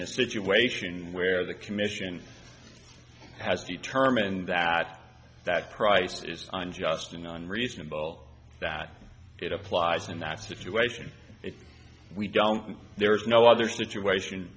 in a situation where the commission has determined that that price is on just an unreasonable that it applies in that situation if we don't there is no other situation